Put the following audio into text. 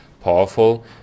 powerful